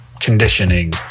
conditioning